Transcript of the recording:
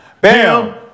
Bam